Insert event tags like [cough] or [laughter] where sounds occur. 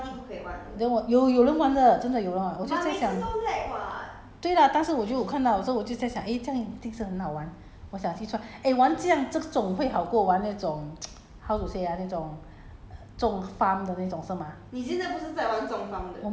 so 我是看人家玩因为我以前坐 M_R_T 每次都看人家在那边玩 then 我有有人玩的真的有人玩我就在想对 lah 但是我就看到 so 我就在想 eh 这样一定是很好玩我想去 try eh 玩这样这种会好过玩那种 [noise] how to say ah 那种